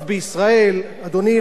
רחוק מלהיות ורוד,